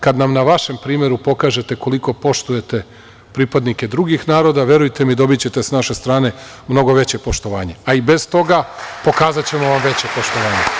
Kada nam na vašem primeru pokažete koliko poštujete pripadnike drugih naroda, verujte mi, dobićete sa naše strane mnogo veće poštovanje, a i bez toga pokazaćemo vam veće poštovanje.